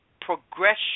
progression